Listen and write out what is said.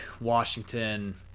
Washington